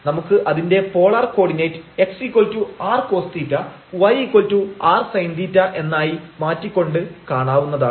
നമുക്ക് അതിന്റെ polar coordinate x rcos⁡θ y rsin⁡θ എന്നായി മാറ്റികൊണ്ട് കാണാവുന്നതാണ്